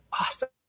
awesome